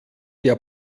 der